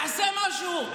תעשה משהו.